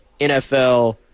NFL